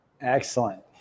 Excellent